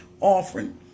offering